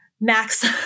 max